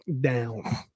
down